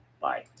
Bye